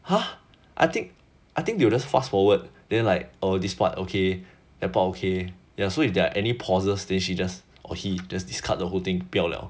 !huh! I think I think they will just fast forward then like oh this part okay that part okay ya so is there any pauses then she just or he just discard the whole thing 不要 liao